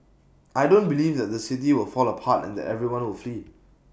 I don't believe that the city will fall apart and that everyone will flee